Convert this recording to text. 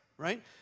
right